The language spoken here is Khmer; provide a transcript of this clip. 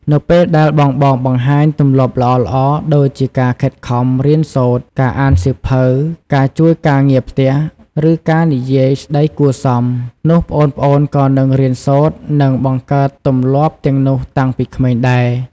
នៅពេលដែលបងៗបង្ហាញទម្លាប់ល្អៗ ដូចជាការខិតខំរៀនសូត្រ ការអានសៀវភៅ ការជួយការងារផ្ទះ ឬការនិយាយស្ដីគួរសម នោះប្អូនៗក៏នឹងរៀនសូត្រ និងបង្កើតទម្លាប់ទាំងនោះតាំងពីក្មេងដែរ ។